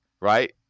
right